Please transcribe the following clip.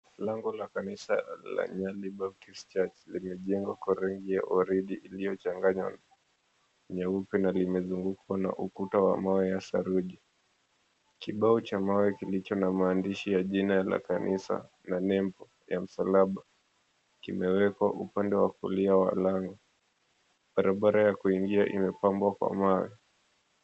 Lango la kanisa la Nyali Baptist Church limejengwa kwa rangi ya waridi iliyochanganywa na nyeupe na limezungukwa na ukuta wa mawe ya saruji. Kibao cha mawe kilicho na maandishi ya jina la kanisa na nembo ya msalaba kimewekwa upande wa kulia wa lango. Barabara ya kuingia imepambwa kwa mawe.